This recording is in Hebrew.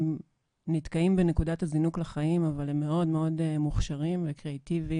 הם נתקעים בנקודת הזינוק לחיים אבל הם מאד מאד מוכשרים וקריאטיביים,